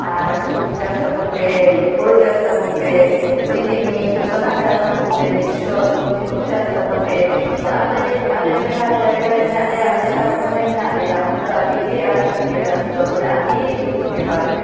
ᱟᱨ ᱥᱚᱵᱽᱡᱤ ᱪᱟᱥ ᱛᱟᱹᱵᱩᱱ ᱯᱮ ᱦᱳᱲᱳ ᱪᱟᱥ ᱛᱟᱹᱵᱩᱱ ᱯᱮ ᱛᱩᱲᱤ ᱛᱤᱞᱢᱤᱧ ᱡᱷᱚᱛᱚ ᱱᱟᱜ ᱪᱟᱥ ᱛᱟᱹᱵᱩᱱ ᱯᱮ ᱢᱤᱥᱥᱚ ᱥᱚᱵᱡᱤ ᱠᱚᱦᱚ ᱪᱟᱥ ᱛᱟᱹᱵᱩᱱ ᱯᱮ ᱠᱤᱱᱛᱩ ᱟᱞᱮ ᱟᱞᱮ ᱡᱟᱦᱟ ᱡᱟᱭᱜᱟ ᱨᱮ ᱢᱮᱱᱟ ᱞᱮᱭᱟ ᱟᱞᱮ ᱡᱟᱦᱟ ᱴᱚᱴᱷᱟ ᱨᱮ ᱢᱮᱱᱟ ᱞᱮᱭᱟ ᱚᱱᱟ ᱫᱚ ᱟᱹᱰᱤ ᱜᱮ ᱟᱸᱡᱷᱟᱴ ᱜᱮᱭᱟ ᱪᱟᱥ ᱫᱚ ᱟᱹᱰᱤ ᱫᱩᱠ ᱵᱮᱯᱟᱨ